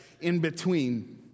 in-between